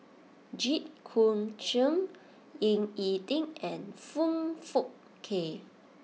Jit Koon Ch'ng Ying E Ding and Foong Fook Kay